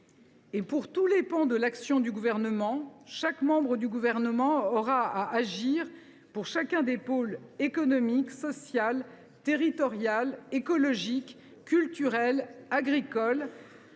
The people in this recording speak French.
pour tous les pans de l’action du Gouvernement, chacun de ses membres aura à agir, pour chacun des pôles économique, social, territorial, écologique, culturel, agricole,